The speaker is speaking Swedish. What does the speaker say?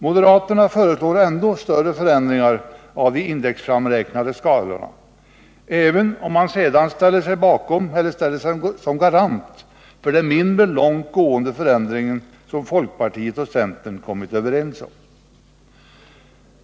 Moderaterna föreslår ännu större förändringar av de indexframräknade skalorna, även om man sedan ställer sig såsom garant för den mindre långtgående förändring som folkpartiet och centern har kommit överens om.